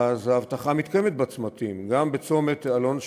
האבטחה בצמתים מתקיימת, גם בצומת אלון-שבות,